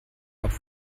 auch